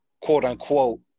quote-unquote